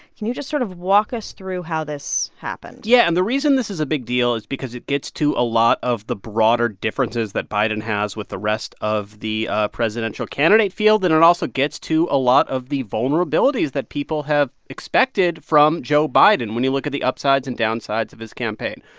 can you just sort of walk us through how this happened? yeah. and the reason this is a big deal is because it gets to a lot of the broader differences that biden has with the rest of the presidential candidate field. and it also gets to a lot of the vulnerabilities that people have expected from joe biden when you look at the upsides and downsides of his campaign.